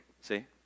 See